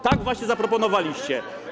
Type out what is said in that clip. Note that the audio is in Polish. To właśnie zaproponowaliście.